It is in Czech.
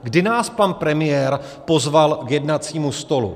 Kdy nás pan premiér pozval k jednacímu stolu?